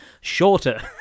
shorter